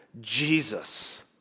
Jesus